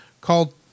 called